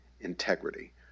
integrity